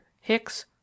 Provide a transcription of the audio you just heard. Hicks